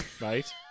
right